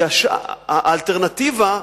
האלטרנטיבה,